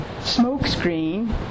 smokescreen